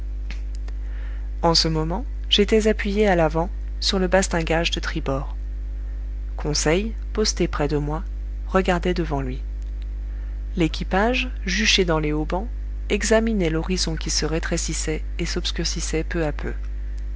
en ce moment j'étais appuyé à l'avant sur le bastingage de tribord conseil posté près de moi regardait devant lui l'équipage juché dans les haubans examinait l'horizon qui se rétrécissait et s'obscurcissait peu à peu